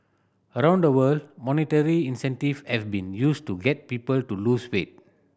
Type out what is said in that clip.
around the world monetary incentive has been used to get people to lose weight